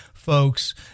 folks